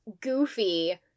goofy